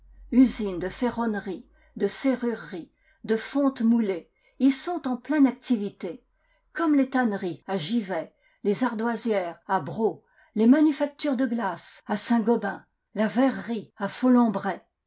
usines de ferronnerie de serrurerie de fonte moulée y sont en pleine activité comme les tanneries à givet les ardoisières à braux la manufacture de glaces à saint gobain la verrerie